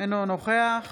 אינו נוכח